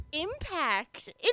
impact